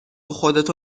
خودتو